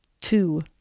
two